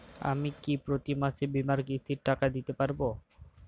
আমি কি প্রতি মাসে বীমার কিস্তির টাকা দিতে পারবো?